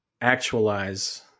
actualize